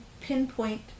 pinpoint